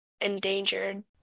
endangered